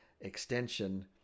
extension